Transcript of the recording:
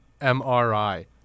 MRI